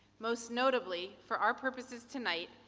most notably, for our purposes tonight,